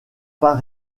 pas